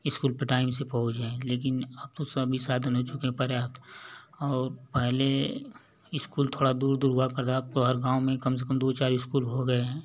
school पर time से पहुँच जाएँ लेकिन अब तो सभी साधन हो चुके पहले आप और पहले स्कूल थोड़ा दूर दूर हुआ करता था अब तो हर गाँव में कम से कम दो चार स्कूल हो गए हें